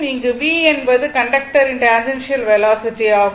இங்கு v என்பது கண்டக்டரின் டேன்ஜெண்ஷியல் வெலாசிட்டி ஆகும்